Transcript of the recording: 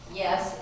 yes